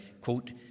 quote